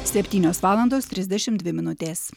septynios valandos trisdešimt dvi minutės